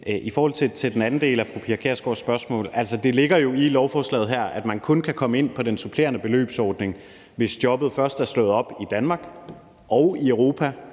I forhold til den anden del af fru Pia Kjærsgaards spørgsmål vil jeg sige, at det jo ligger i lovforslaget her, at man kun kan komme ind på den supplerende beløbsordning, hvis jobbet først er slået op i Danmark og i Europa,